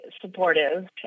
supportive